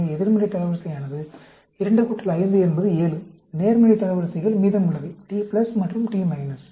எனவே எதிர்மறை தரவரிசையானது 2 5 என்பது 7 நேர்மறை தரவரிசைகள் மீதமுள்ளவை T மற்றும் T